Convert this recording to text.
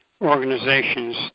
organizations